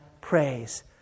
praise